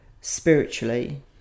spiritually